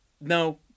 No